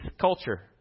culture